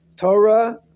Torah